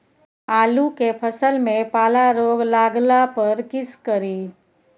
आलू के फसल मे पाला रोग लागला पर कीशकरि?